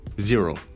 Zero